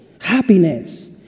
happiness